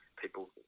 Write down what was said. People